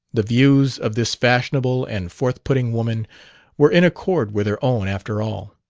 the views of this fashionable and forthputting woman were in accord with her own, after all.